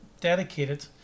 dedicated